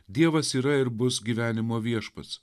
dievas yra ir bus gyvenimo viešpats